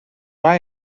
rhai